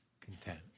content